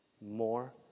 More